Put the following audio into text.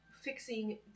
fixing